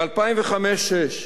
ב-2005/06,